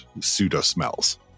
pseudo-smells